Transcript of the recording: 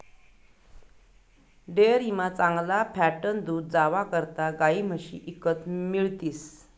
डेअरीमा चांगला फॅटनं दूध जावा करता गायी म्हशी ईकत मिळतीस